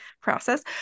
process